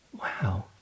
wow